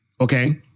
okay